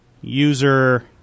user